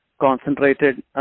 concentrated